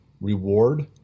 reward